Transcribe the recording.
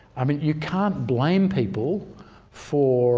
i mean you can't blame people for